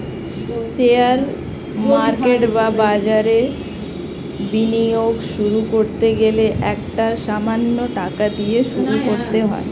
share market বা বাজারে বিনিয়োগ শুরু করতে গেলে একটা সামান্য টাকা দিয়ে শুরু করতে হয়